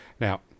Now